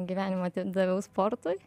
gyvenimo atidaviau sportui